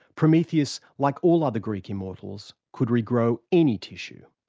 prometheus, like all other greek immortals, could regrow any tissue.